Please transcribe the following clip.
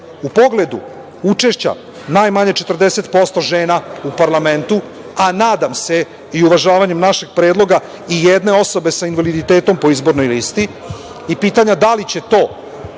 pogledu učešća najmanje 40% žena u parlamentu, a nadam se i uvažavanjem našeg predloga, i jedne osobe sa invaliditetom po izbornoj listi i pitanja – da li će to